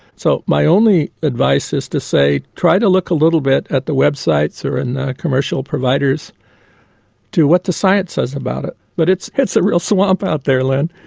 so my only advice is to say try to look a little bit at the websites or in the commercial providers to what the science says about it. but it's it's a real swamp out there, lynne.